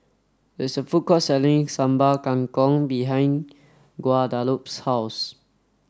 there is a food court selling Sambal Kangkong behind Guadalupe's house